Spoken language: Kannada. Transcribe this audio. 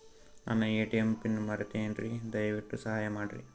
ನನ್ನ ಎ.ಟಿ.ಎಂ ಪಿನ್ ಮರೆತೇನ್ರೀ, ದಯವಿಟ್ಟು ಸಹಾಯ ಮಾಡ್ರಿ